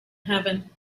heaven